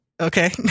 okay